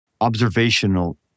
observational